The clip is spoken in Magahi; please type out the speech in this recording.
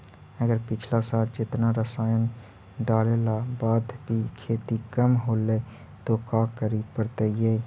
अगर पिछला साल जेतना रासायन डालेला बाद भी खेती कम होलइ तो का करे पड़तई?